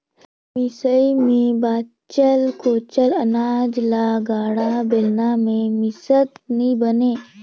मिसई मे बाचल खोचल अनाज ल गाड़ा, बेलना मे मिसत नी बने